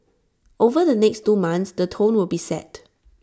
over the next two months the tone will be set